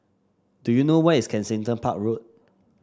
do you know where is Kensington Park Road